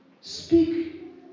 Speak